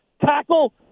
tackle